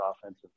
offensive